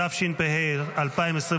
התשפ"ה 2025,